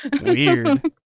Weird